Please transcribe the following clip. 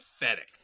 pathetic